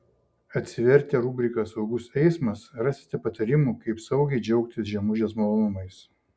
atsivertę rubriką saugus eismas rasite patarimų kaip saugiai džiaugtis žiemužės malonumais